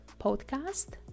podcast